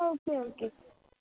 okay okay